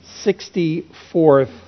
sixty-fourth